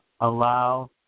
allow